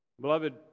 Beloved